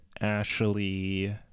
Ashley